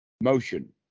motion